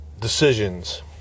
decisions